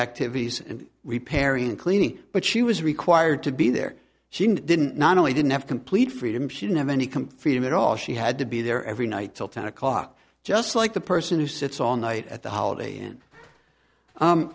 activities and repairing and cleaning but she was required to be there she didn't not only didn't have complete freedom she didn't have any comfort at all she had to be there every night till ten o'clock just like the person who sits all night at the holiday